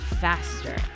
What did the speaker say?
faster